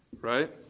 Right